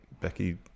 Becky